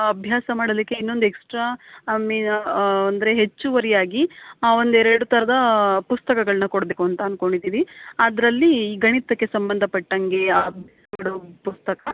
ಅಭ್ಯಾಸ ಮಾಡಲಿಕ್ಕೆ ಇನ್ನೊಂದು ಎಕ್ಸ್ಟ್ರಾ ಐ ಮೀನ್ ಅಂದರೆ ಹೆಚ್ಚುವರಿಯಾಗಿ ಒಂದು ಎರಡು ಥರದ ಪುಸ್ತಕಳನ್ನು ಕೊಡಬೇಕು ಅಂತ ಅಂದ್ಕೊಂಡಿದ್ದೀವಿ ಅದರಲ್ಲೀ ಗಣಿತಕ್ಕೆ ಸಂಬಂಧಪಟ್ಟಂಗೆ ಕೊಡೋ ಪುಸ್ತಕ